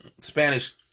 Spanish